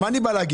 מה אני בא להגיד?